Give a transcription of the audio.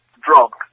drunk